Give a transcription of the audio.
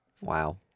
Wow